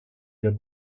der